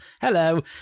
Hello